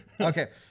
okay